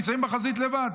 נמצאים בחזית לבד.